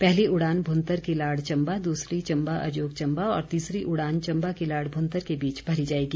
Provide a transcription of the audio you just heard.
पहली उड़ान भुंतर किलाड़ चम्बा दूसरी चम्बा अजोग चम्बा और तीसरी उड़ान चम्बा किलाड़ भुंतर के बीच भरी जाएगी